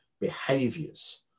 behaviors